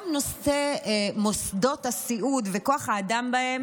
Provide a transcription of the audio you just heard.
גם נושא מוסדות הסיעוד וכוח האדם בהם